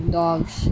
dogs